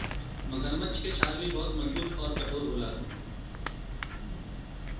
मगरमच्छ के छाल भी बहुते मजबूत आउर कठोर होला